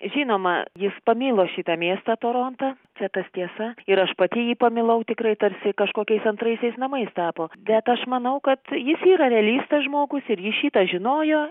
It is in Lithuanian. žinoma jis pamilo šitą miestą torontą čia tas tiesa ir aš pati jį pamilau tikrai tarsi kažkokiais antraisiais namais tapo bet aš manau kad jis yra realistas žmogus ir jis šitą žinojo